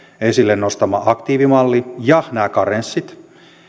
esille nostama aktiivimalli ja nämä karenssit